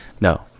No